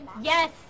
yes